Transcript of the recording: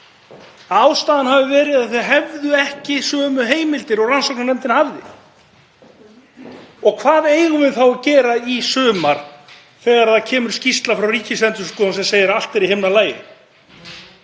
að ástæðan hafi verið að þau höfðu ekki sömu heimildir og rannsóknarnefndin hafði. Og hvað eigum við þá að gera í sumar þegar það kemur skýrsla frá Ríkisendurskoðun sem segir að allt sé í himnalagi?